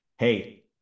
Hey